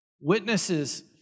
Witnesses